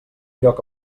lloc